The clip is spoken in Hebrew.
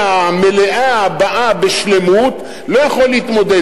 המלאה הבאה בשלמות לא יכול להתמודד,